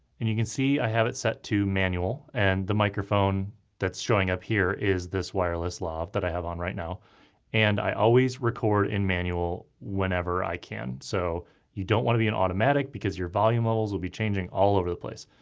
and you can see i have it set to manual and the microphone that's showing up here is this wireless lav that i have on right now and i always record in manual whenever i can. so you don't want to be in automatic because your volume levels will be changing all over the place.